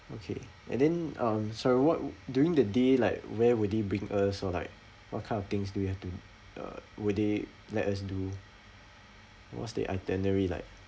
okay and then um so what would during the day like where would they bring us or like what kind of things do you have to uh will they let us do what's the itinerary like